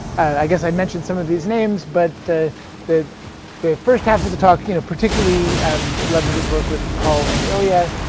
i guess i mentioned some of these names, but the the first half of the talk you know particularly um leverages work with paul and ilya.